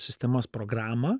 sistemos programą